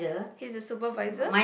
he's a supervisor